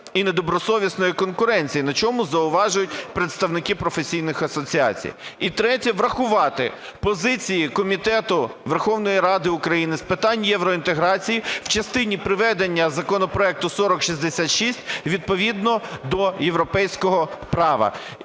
і недобросовісної конкуренції, на чому зауважують представники професійних асоціацій. І третє. Врахувати позиції Комітету Верховної Ради України з питань євроінтеграції в частині приведення законопроекту 4066 відповідно до європейського права.